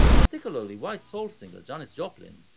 particularly white soul singer janis joplin,